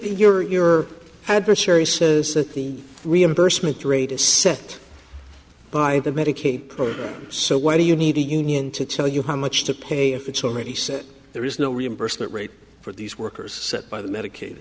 if your adversary says that the reimbursement rate is set by the medicaid program so why do you need a union to tell you how much to pay if it's already said there is no reimbursed that rate for these workers set by the medicaid